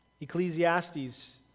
Ecclesiastes